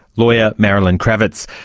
lawyer marilyn krawitz.